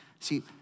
See